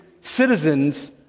citizens